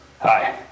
Hi